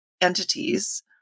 entities